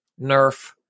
nerf